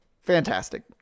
Fantastic